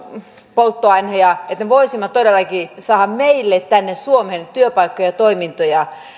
polttoaineita että me voisimme todellakin saada meille tänne suomeen työpaikkoja ja toimintoja